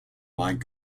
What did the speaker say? mind